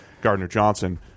Gardner-Johnson